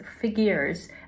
figures